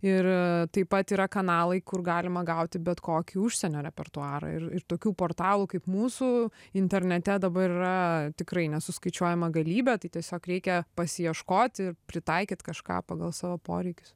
ir taip pat yra kanalai kur galima gauti bet kokį užsienio repertuarą ir ir tokių portalų kaip mūsų internete dabar yra tikrai nesuskaičiuojama galybė tai tiesiog reikia pasiieškot ir pritaikyt kažką pagal savo poreikius